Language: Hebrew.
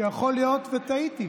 שיכול להיות שטעיתי,